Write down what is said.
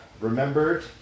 remembered